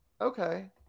okay